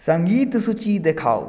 सङ्गीत सूची देखाउ